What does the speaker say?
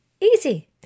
Easy